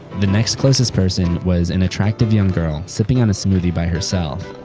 the next closest person was an attractive young girl sipping on a smoothie by herself.